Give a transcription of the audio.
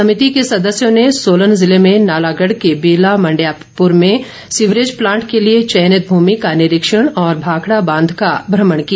समिति के सदस्यों ने सोलन ज़िले में नालागढ़ के बेला मंडयापुर में सीवरेज प्लांट के लिए चयनित भूमि का निरीक्षण और भाखड़ा बांध का भ्रमण किया